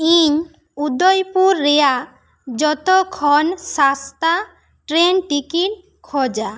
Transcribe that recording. ᱤᱧ ᱩᱫᱚᱭ ᱯᱩᱨ ᱨᱮᱭᱟᱜ ᱡᱚᱛᱚ ᱠᱷᱚᱱ ᱥᱟᱥᱛᱟ ᱴᱨᱮᱱ ᱴᱤᱠᱤᱴ ᱠᱷᱚᱡᱟ